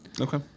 Okay